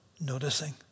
noticing